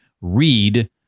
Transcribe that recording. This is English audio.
READ